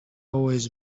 always